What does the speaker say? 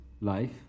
life